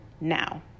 now